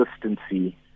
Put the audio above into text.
consistency